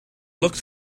looked